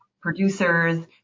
producers